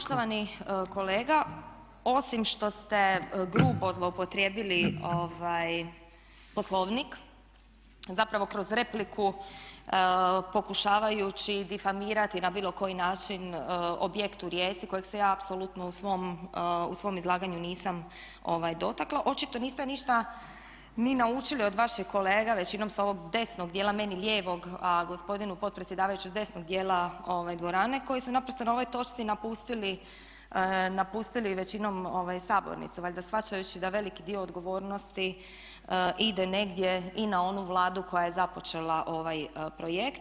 Poštovani kolega osim što ste grubo zloupotrijebili Poslovnik, zapravo kroz repliku pokušavajući difamirati na bilo koji način objekt u Rijeci, kojeg se ja apsolutno u svom izlaganju nisam dotakla, očito niste ništa ni naučili od vaših kolega većinom sa ovog desnog dijela, meni lijevog a gospodinu potpredsjedavajućem s desnog dijela ove dvorane koji su naprosto na ovoj točci napustili većinom sabornicu, valjda shvaćajući da veliki dio odgovornosti ide negdje i na onu Vladu koja je započela ovaj projekt.